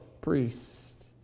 priest